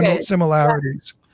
similarities